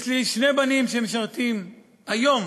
יש לי שני בנים שמשרתים היום,